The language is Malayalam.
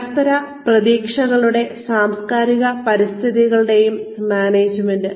പരസ്പര പ്രതീക്ഷകളുടെയും സാംസ്കാരിക പരിതസ്ഥിതികളുടെയും മാനേജ്മെന്റ്